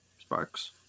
sparks